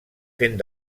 fent